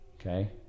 Okay